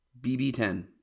BB10